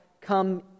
come